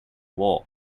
war